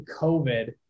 COVID